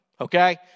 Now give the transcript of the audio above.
okay